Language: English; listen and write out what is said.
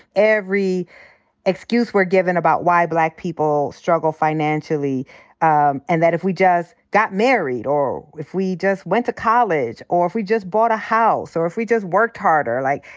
every excuse we're given about why black people struggle financially um and that if we just got married or if we just went to college or if we just bought a house or if we just worked harder, like,